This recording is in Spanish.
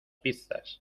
pizzas